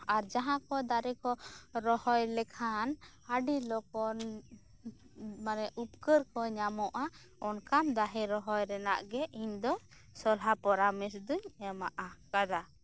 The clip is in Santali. ᱟᱨ ᱡᱟᱦᱟᱸᱠᱩ ᱫᱟᱨᱮᱠᱩ ᱨᱚᱦᱚᱭ ᱞᱮᱠᱷᱟᱱ ᱟᱹᱰᱤ ᱨᱚᱠᱚᱢ ᱢᱟᱱᱮ ᱩᱯᱚᱠᱟᱨ ᱠᱚ ᱧᱟᱢᱚᱜ ᱟ ᱚᱱᱠᱟᱱ ᱫᱟᱨᱮ ᱨᱚᱦᱚᱭ ᱨᱮᱱᱟᱜ ᱜᱮ ᱤᱧ ᱫᱚ ᱥᱚᱞᱦᱟ ᱯᱚᱨᱟᱢᱮᱥᱫᱚᱧ ᱮᱢᱟᱜ ᱟ ᱫᱚᱨᱠᱟᱨᱟ